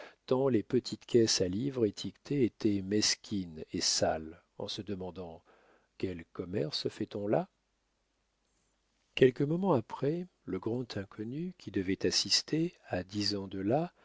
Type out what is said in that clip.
tant les petites caisses à livres étiquetés étaient mesquines et sales en se demandant quel commerce fait-on là quelques moments après le grand inconnu qui devait assister à dix ans de là